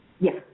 Yes